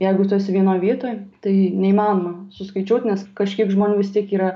jeigu tu esi vienoj vietoj tai neįmanoma suskaičiuot nes kažkiek žmonių vis tiek yra